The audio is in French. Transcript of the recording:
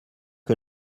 que